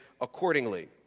accordingly